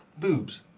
boobs.